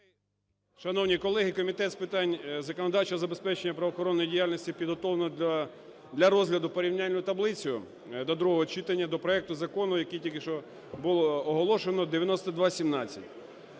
Шановні колеги, Комітетом з питань законодавчого забезпечення правоохоронної діяльності підготовлено для розгляду порівняльну таблицю до другого читання до проекту закону, який тільки що було оголошено, 9217.